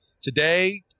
today